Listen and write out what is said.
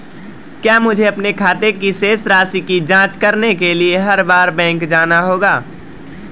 क्या मुझे अपने खाते की शेष राशि की जांच करने के लिए हर बार बैंक जाना होगा?